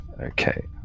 Okay